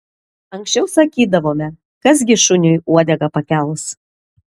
anksčiau sakydavome kas gi šuniui uodegą pakels